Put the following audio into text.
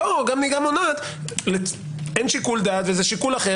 גם נהיגה מונעת אין שיקול דעת וזה שיקול אחר.